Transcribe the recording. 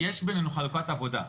יש בינינו חלוקת עבודה.